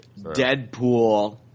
Deadpool –